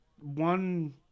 one